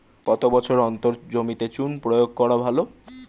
কত বছর অন্তর জমিতে চুন প্রয়োগ করা ভালো?